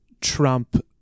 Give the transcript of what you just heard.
Trump